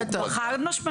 חד משמעית.